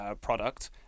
product